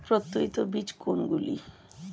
প্রত্যায়িত বীজ কোনগুলি?